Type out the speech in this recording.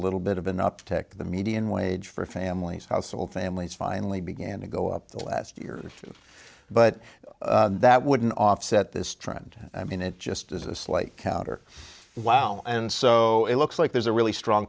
little bit of an uptick the median wage for families household families finally began to go up the last two years but that wouldn't offset this trend i mean it just is a slight counter wow and so it looks like there's a really strong